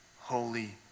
holy